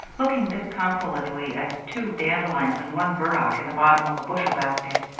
looking disconsolately at two dandelions and one burdock in the bottom of a bushel basket.